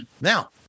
now